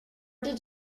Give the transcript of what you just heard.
did